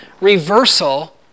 reversal